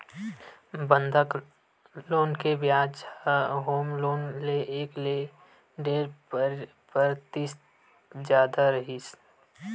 बंधक लोन के बियाज ह होम लोन ले एक ले डेढ़ परतिसत जादा रहिथे